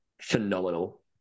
Phenomenal